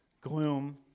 gloom